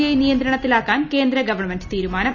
I നിയന്ത്രണത്തിലാക്കാൻ കേന്ദ്ര government തീരുമാനം